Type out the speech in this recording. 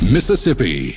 Mississippi